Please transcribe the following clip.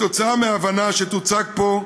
כתוצאה מההבנה שתוצג פה,